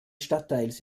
stadtteils